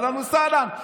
אהלן וסהלן.